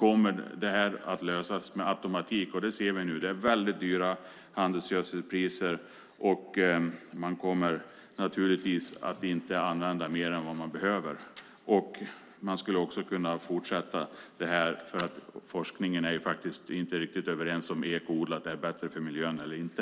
kommer det här att lösas med automatik. Det ser vi nu. Det är väldigt höga handelsgödselpriser. Man kommer naturligtvis inte att använda mer än vad man behöver. Jag skulle också kunna fortsätta resonemanget, för forskningen är faktiskt inte riktigt överens när det gäller om ekoodlat är bättre för miljön eller inte.